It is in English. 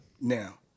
Now